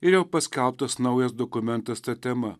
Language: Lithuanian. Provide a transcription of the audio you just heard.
ir jau paskelbtas naujas dokumentas ta tema